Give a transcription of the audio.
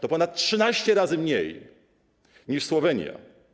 To ponad 13 razy mniej niż Słowenia.